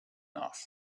off